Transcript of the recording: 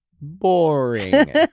boring